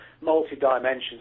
multi-dimensions